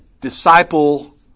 disciple